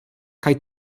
kaj